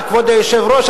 כבוד היושב-ראש,